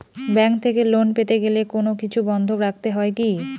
Bank থেকে loan পেতে গেলে কোনো কিছু বন্ধক রাখতে হয় কি?